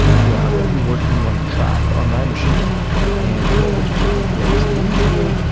so i'm going to be working on a track on my machine and i'm going to get to a certain place. and usually,